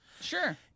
Sure